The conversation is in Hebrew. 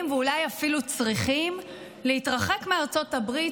ואולי אפילו צריכים להתרחק מארצות הברית,